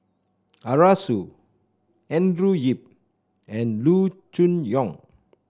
Arasu Andrew Yip and Loo Choon Yong